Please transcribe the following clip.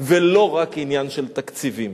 ולא רק עניין של תקציבים,